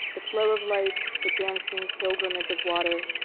the flow of light, the dancing pilgrimage of water,